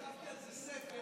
כתבתי על זה ספר,